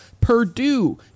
Purdue